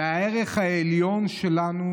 הערך העליון שלנו,